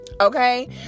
Okay